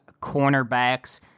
cornerbacks